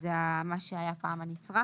שזה מה שהיה פעם הנצרך,